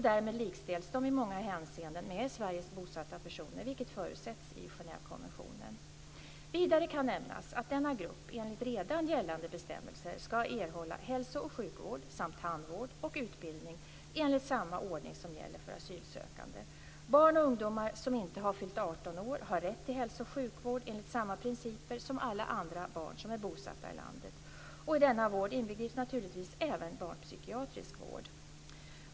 Därmed likställs de i många hänseenden med i Sverige bosatta personer, vilket förutsätts i Genèvekonventionen. Vidare kan nämnas att denna grupp, enligt redan gällande bestämmelser, ska erhålla hälso och sjukvård samt tandvård och utbildning enligt samma ordning som gäller för asylsökande. Barn och ungdomar som inte har fyllt 18 år har rätt till hälso och sjukvård enligt samma principer som alla andra barn som är bosatta i landet. I denna vård inbegrips naturligtvis även barnpsykiatrisk vård.